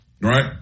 right